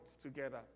together